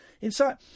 inside